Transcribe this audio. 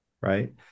right